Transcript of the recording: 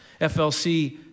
FLC